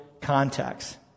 context